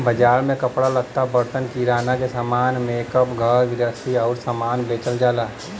बाजार में कपड़ा लत्ता, बर्तन, किराना के सामान, मेकअप, घर गृहस्ती आउर सामान बेचल जाला